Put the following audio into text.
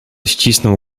ścisnął